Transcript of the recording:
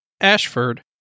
Ashford